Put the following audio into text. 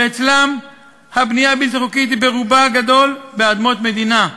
ואצלם הבנייה הבלתי-חוקית היא ברובה הגדול על אדמות מדינה,